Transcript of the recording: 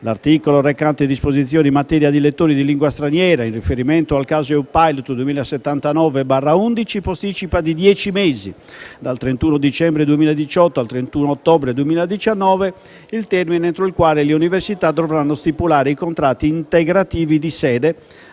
Camera e recante disposizioni in materia di lettori di lingua straniera, in riferimento al caso EU-Pilot 2079/11/EMPL, posticipa di dieci mesi (dal 31 dicembre 2018 al 31 ottobre 2019) il termine entro il quale le Università dovranno stipulare i contratti integrativi di sede